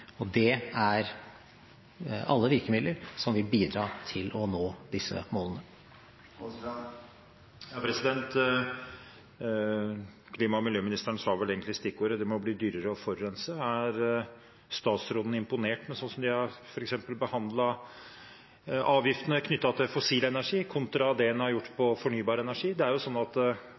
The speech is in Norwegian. bilparken. Disse er alle virkemidler som vil bidra til å nå disse målene. Klima- og miljøministeren sa vel egentlig stikkordene: Det må bli dyrere å forurense. Er statsråden imponert over måten en f.eks. har behandlet avgiftene knyttet til fossil energi på, kontra det en har gjort knyttet til fornybar energi? Fornybar energi har under denne regjeringen stadig blitt dyrere på avgiftssiden, mens fossil energi er